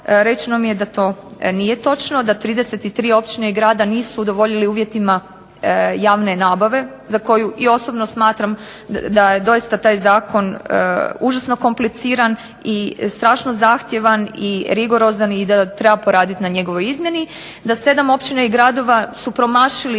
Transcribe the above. Rečeno mi je da to nije točno, da 33 općine i grada nisu udovoljili uvjetima javne nabave za koju i osobno smatram da doista je taj zakon užasno kompliciran i strašno zahtjevan i rigorozan i da treba poraditi na njegovoj izmjeni, da 7 općina i gradova su promašili